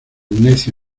necio